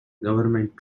government